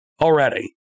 Already